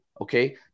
Okay